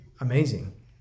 amazing